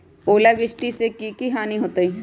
ओलावृष्टि से की की हानि होतै?